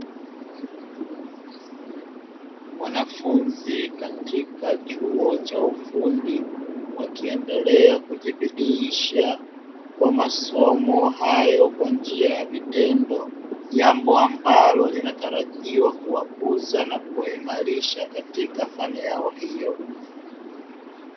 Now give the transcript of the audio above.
Wanafunzi katika chuo cha ufundi wakiendelea kujibidiisha kwa masomo hayo kwa njia ya vitendo, jambo ambalo linatarajiwa kuwakuza na kuwaimalisha katika fani yao hiyo.